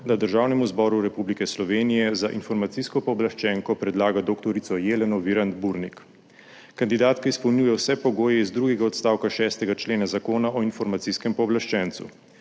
da Državnemu zboru Republike Slovenije za informacijsko pooblaščenko predlaga dr. Jeleno Virant Burnik. Kandidatka izpolnjuje vse pogoje iz drugega odstavka 6. člena Zakona o informacijskem pooblaščencu.